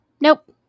Nope